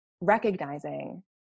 recognizing